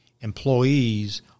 employees